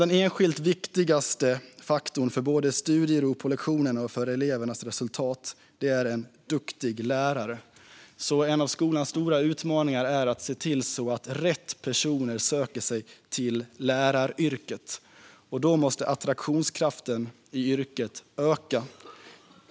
Den enskilt viktigaste faktorn för studiero på lektionerna och för elevernas resultat är en duktig lärare. En av skolans stora utmaningar är därför att få rätt personer att söka sig till läraryrket. Då måste attraktionskraften i yrket öka.